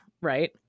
right